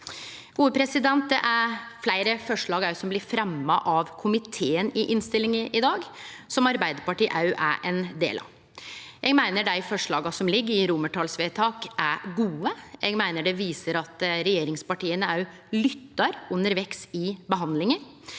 Det er fleire forslag som blir fremja av komiteen i innstillinga i dag, som Arbeidarpartiet òg stør. Eg meiner dei forslaga som ligg i romartalsvedtaka, er gode. Eg meiner det viser at regjeringspartia òg lyttar undervegs i behandlinga.